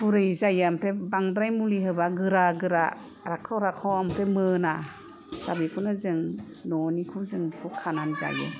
गुरै जायो ओमफ्राय बांद्राय मुलि होबा गोरा गोरा राखाव राखाव ओमफ्राय मोना दा बिखौनो जों न'निखौ जों बेखौ खानानै जायो